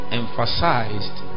emphasized